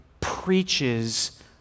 preaches